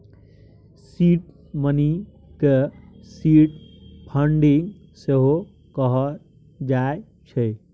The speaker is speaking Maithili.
सीड मनी केँ सीड फंडिंग सेहो कहल जाइ छै